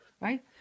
right